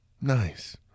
nice